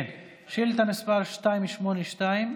שאילתה מס' 282,